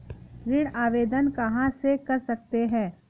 ऋण आवेदन कहां से कर सकते हैं?